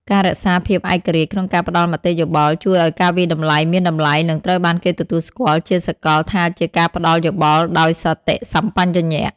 ការរក្សាភាពឯករាជ្យក្នុងការផ្តល់មតិយោបល់ ជួយឱ្យការវាយតម្លៃមានតម្លៃ និងត្រូវបានគេទទួលស្គាល់ជាសកលថាជាការផ្តល់យោបល់ដោយសតិសម្បជញ្ញៈ។